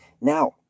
now